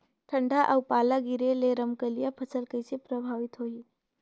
ठंडा अउ पाला गिरे ले रमकलिया फसल कइसे प्रभावित होही?